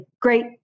great